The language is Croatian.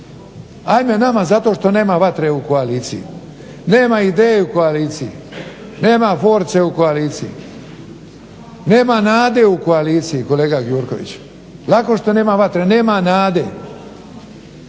ajme nama zato što nema vatre u koaliciji, nema ideje u koaliciji, nema force u koalicije, nema nade u koaliciji kolega Gjurkoviću. Lako što nema vatre, nema nade.